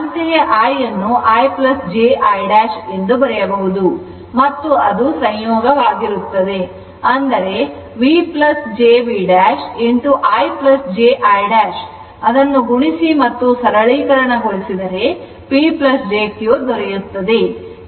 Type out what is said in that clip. ಅಂತೆಯೇ i ಅನ್ನು i jI' ಎಂದು ಬರೆಯಬಹುದು ಮತ್ತು ಅದು ಸಂಯೋಗವಾಗಿರುತ್ತದೆ ಅಂದರೆ V jV" ಅದನ್ನು ಗುಣಿಸಿ ಮತ್ತು ಸರಳಗೊಳಿಸಿದರೆ P jQ ದೊರೆಯುತ್ತದೆ